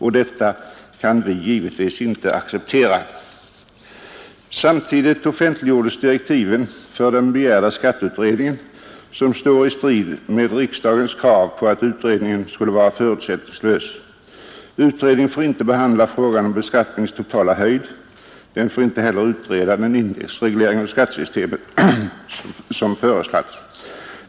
Detta kan vi givetvis inte acceptera. Samtidigt offentliggjordes direktiv för den begärda skatteutredningen vilka står i strid med riksdagens krav på att utredningen skulle vara förutsättningslös. Utredningen får inte behandla frågan om beskattningens totala höjd. Den får inte heller utreda den indexreglering av skattesystemet som föreslagits.